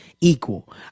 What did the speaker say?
equal